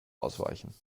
ausweichen